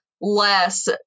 less